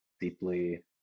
deeply